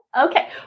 Okay